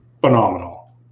phenomenal